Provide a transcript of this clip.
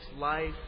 life